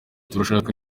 turashaka